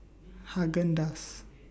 Haagen Dazs